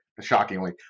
shockingly